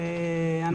ואנחנו תומכים.